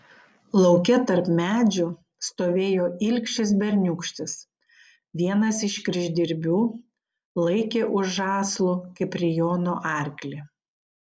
lauke tarp medžių stovėjo ilgšis berniūkštis vienas iš kryždirbių laikė už žąslų kiprijono arklį